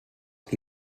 qui